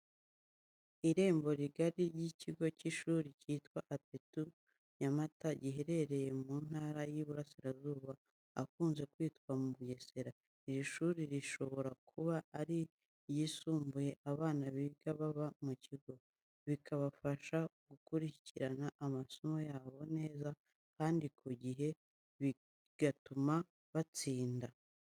Irembo rigari ry'ikigo cy'ishuri ryitwa Apebu Nyamata, giherereye mu ntara y'Iburasirazuba ahakunze kwitwa mu Bugesera. Iri shuri rishobora kuba ari iryisumbuye abana biga baba mu kigo, bikabafasha gukurikirana amasomo yabo neza kandi ku gihe bigatuma batsinda.